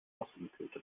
wassergekühlte